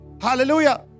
Hallelujah